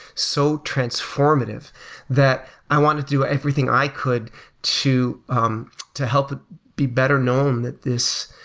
so transformative that i want to do everything i could to um to help be better known that this,